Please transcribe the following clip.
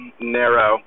narrow